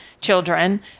children